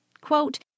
Quote